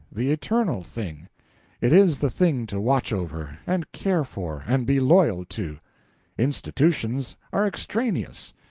the eternal thing it is the thing to watch over, and care for, and be loyal to institutions are extraneous,